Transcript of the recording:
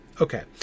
Okay